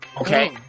Okay